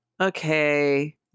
okay